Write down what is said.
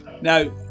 Now